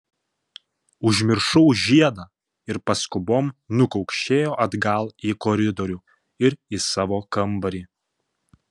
užmiršau žiedą ir paskubom nukaukšėjo atgal į koridorių ir į savo kambarį